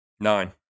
Nine